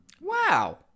wow